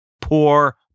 poor